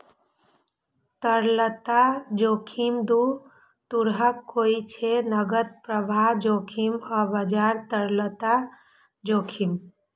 तरलता जोखिम दू तरहक होइ छै, नकद प्रवाह जोखिम आ बाजार तरलता जोखिम